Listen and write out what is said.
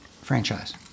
franchise